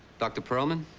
dr. pearlman,